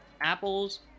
apples